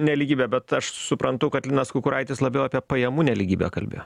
nelygybė bet aš suprantu kad linas kukuraitis labiau apie pajamų nelygybę kalbėjo